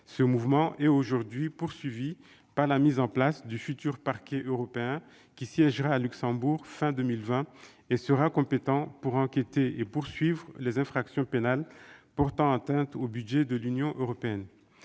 Ce mouvement est aujourd'hui poursuivi par la mise en place du futur Parquet européen, qui siégera à Luxembourg fin 2020 et sera compétent pour enquêter sur et poursuivre les infractions pénales portant atteinte au budget de l'Union européenne.